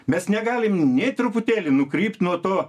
mes negalim nė truputėlį nukrypt nuo to